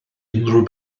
unrhyw